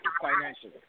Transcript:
financially